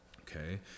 Okay